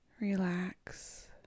relax